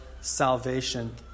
salvation